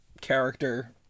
Character